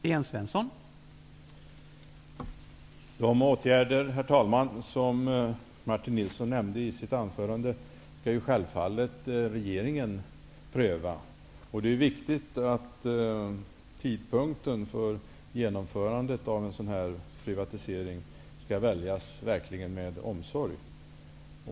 Herr talman! De åtgärder som Martin Nilsson nämnde i sitt anförande skall regeringen självfallet pröva. Det är viktigt att tidpunkten för genomförandet av en sådan privatisering verkligen väljs med omsorg.